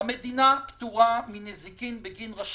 המדינה פטורה מנזיקין בגין רשלנות.